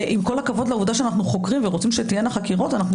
עם כל הכבוד לעובדה שאנו חוקרים ואנו רוצים שתהיינה חקירות - אנחנו